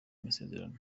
masezerano